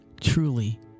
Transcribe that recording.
truly